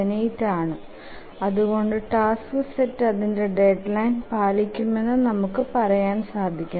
78 ആണ് അതുകൊണ്ട് task set അതിന്ടെ ഡെഡ്ലൈൻ പാലിക്കുമെന്നു നമുക്ക് പറയാൻ സാധിക്കുന്നു